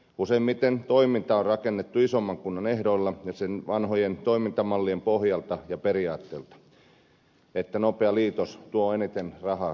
useimmiten toiminta on rakennettu isomman kunnan ehdoilla ja sen vanhojen toimintamallien pohjalta ja periaatteilta jotta nopea liitos toisi eniten rahaa kassaan